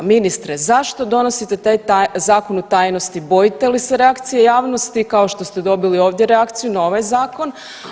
Ministre zašto donosite taj zakon u tajnosti, bojite li se reakcije javnosti kao što ste dobili ovdje reakciju na ovaj zakon?